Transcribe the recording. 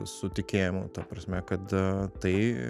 su tikėjimu ta prasme kad tai